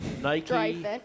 Nike